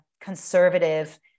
conservative